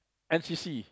N_C_C